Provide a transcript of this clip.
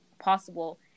possible